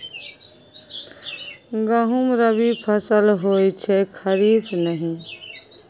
गहुम रबी फसल होए छै खरीफ नहि